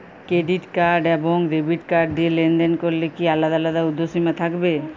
Credit card এবং debit card দিয়ে লেনদেন করলে কি আলাদা আলাদা ঊর্ধ্বসীমা থাকবে?